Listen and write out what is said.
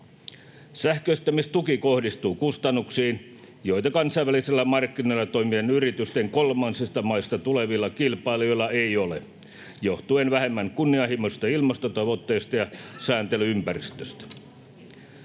Sähköistämistuki kohdistuu kustannuksiin, joita kansainvälisillä markkinoilla toimivien yritysten kolmansista maista tulevilla kilpailijoilla ei ole johtuen vähemmän kunnianhimoisista ilmastotavoitteista ja sääntely-ympäristöstä.